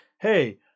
hey